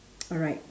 alright